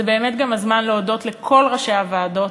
זה באמת גם הזמן להודות לכל ראשי הוועדות,